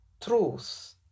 truth